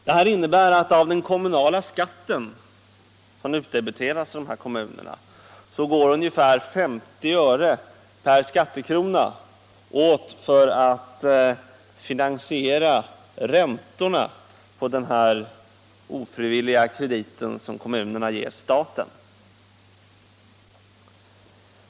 Det här innebär att av den kommunala skatt som utdebiteras av dessa kommuner går det åt ungefär 50 öre per skattekrona för att finansiera räntorna på den kredit som kommunerna ofrivilligt ger staten.